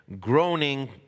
groaning